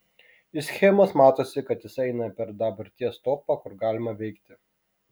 iš schemos matosi kad jisai eina per dabarties topą kur galima veikti